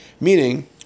meaning